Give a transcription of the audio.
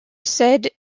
said